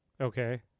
Okay